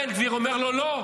בן גביר אומר לו: לא,